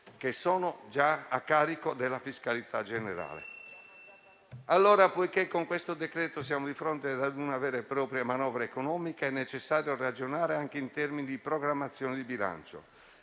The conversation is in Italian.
che sono già a carico della fiscalità generale. Poiché con questo decreto siamo di fronte ad una vera e propria manovra economica, allora è necessario ragionare anche in termini di programmazione di bilancio.